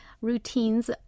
routines